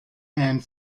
and